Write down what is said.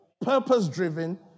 purpose-driven